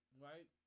right